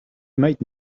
made